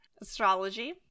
astrology